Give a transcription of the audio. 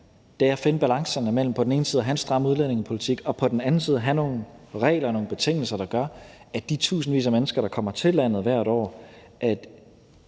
om, er at finde balancen mellem på den ene side at have en stram udlændingepolitik og på den anden side at have nogle regler og betingelser, der gør, at de tusindvis af mennesker, der kommer til landet hvert år,